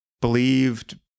believed